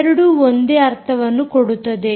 ಇವೆರಡೂ ಒಂದೇ ಅರ್ಥವನ್ನು ಕೊಡುತ್ತದೆ